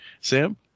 Sam